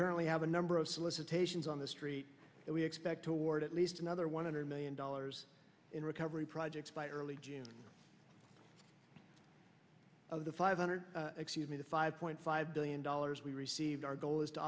currently have a number of solicitations on the street that we expect toward at least another one hundred million dollars in recovery projects by early june of the five hundred excuse me the five point five billion dollars we received our goal is to